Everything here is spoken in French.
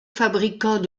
fabricant